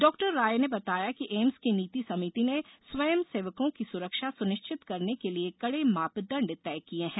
doctor Rai ने बताया कि ऐम्स की नीति समिति ने स्वयंसेवकों की सुरक्षा सुनिश्चित करने के लिए कड़े मापदंड तय किए हैं